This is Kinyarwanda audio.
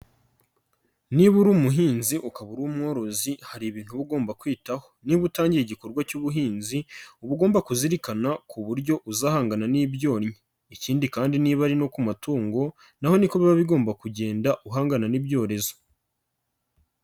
Niba uri umuhinzi ukaba uri umworozi hari ibintu uba ugomba kwitaho, niba utangiye igikorwa cy'ubuhinzi uba ugomba kuzirikana ku buryo uzahangana n'ibyonnyi, ikindi kandi niba ari no ku matungo na ho niko biba bigomba kugenda uhangana n'ibyorezo.